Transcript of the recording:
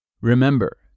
Remember